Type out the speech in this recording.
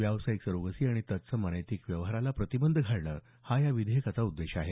व्यावसायिक सरोगसी आणि तत्सम अनैतिक व्यवहाराला प्रतिबंध घालणं हा या विधेयकाचा उद्देश आहे